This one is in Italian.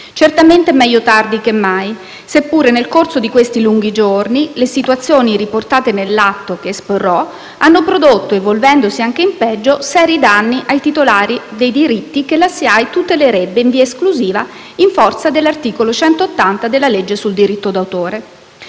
Certamente meglio tardi che mai, seppure nel corso di questi lunghi giorni le situazioni riportate nell'atto che esporrò hanno prodotto - evolvendosi anche in peggio - seri danni ai titolari dei diritti che la SIAE tutelerebbe in via esclusiva in forza dell'articolo 180 della legge sul diritto d'autore.